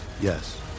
Yes